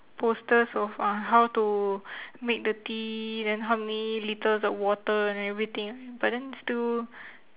posters of uh how to make the tea then how many litres of water and everything but then still